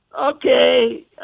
okay